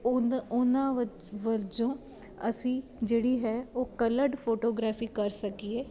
ਉਦ ਉਹਨਾਂ ਵਜੋਂ ਅਸੀਂ ਜਿਹੜੀ ਹੈ ਉਹ ਕਲਰਡ ਫੋਟੋਗ੍ਰਾਫੀ ਕਰ ਸਕੀਏ